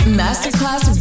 masterclass